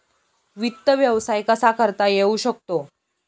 वित्त व्यवसाय कसा करता येऊ शकतो?